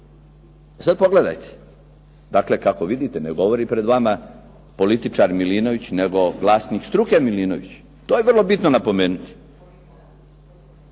Sad pogledajte, dakle kako vidite ne govori pred vama političar Milinović nego vlasnik struke Milinović. To je vrlo bitno napomenuti.